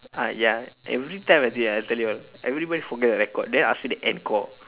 ah ya every time I did ah I tell you ah everybody forget to record then ask me to encore